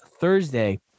Thursday